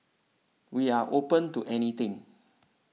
we are open to anything